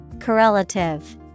Correlative